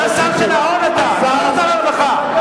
אתה שר ההון אתה, לא שר הרווחה.